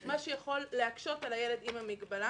מה שיכול להקשות על הילד עם המגבלה.